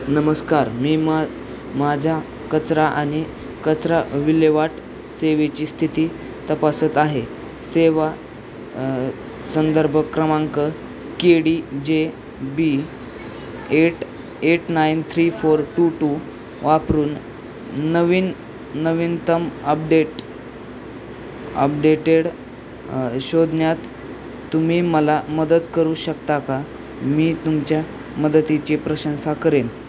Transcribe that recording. नमस्कार मी मं माझ्या कचरा आणि कचरा विल्हेवाट सेवेची स्थिती तपासत आहे सेवा संदर्भ क्रमांक K D J B eight eight nine three four two two वापरून नवीन नवीनतम अपडेट अपडेटेड शोधण्यात तुम्ही मला मदत करू शकता का मी तुमच्या मदतीची प्रशंसा करेन